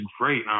great